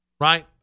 right